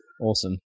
Awesome